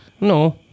No